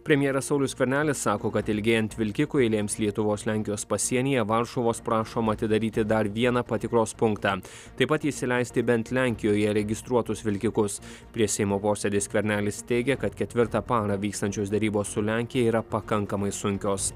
premjeras saulius skvernelis sako kad ilgėjant vilkikų eilėms lietuvos lenkijos pasienyje varšuvos prašoma atidaryti dar vieną patikros punktą taip pat įsileisti bent lenkijoje registruotus vilkikus prieš seimo posėdį skvernelis teigė kad ketvirtą parą vykstančios derybos su lenkija yra pakankamai sunkios